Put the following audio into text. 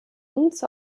uns